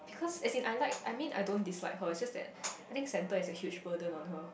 because as if I like I mean I don't dislike her just that I think center is a huge burden on her